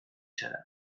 zara